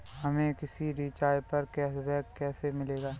हमें किसी रिचार्ज पर कैशबैक कैसे मिलेगा?